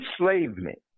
enslavement